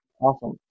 Awesome